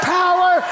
power